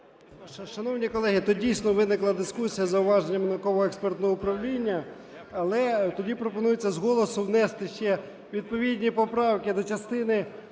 Шановні колеги, тут, дійсно, виникла дискусія з зауваженням Науково-експертного управління, але тоді пропонується з голосу внести ще відповідні поправки до частини